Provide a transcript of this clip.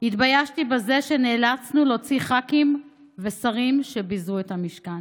התביישתי בזה שנאלצנו להוציא ח"כים ושרים שביזו את המשכן.